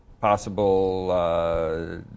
possible